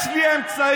יש לי אמצעים.